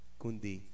kundi